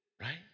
right